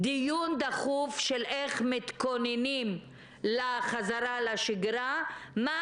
לדיון דחוף של איך מתכוננים לחזרה לשגרה; מה